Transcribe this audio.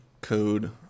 code